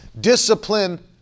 discipline